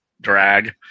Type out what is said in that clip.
drag